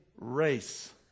race